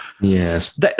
Yes